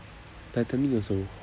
titanic also